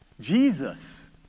Jesus